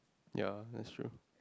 ya that's true